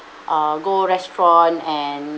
uh go restaurant and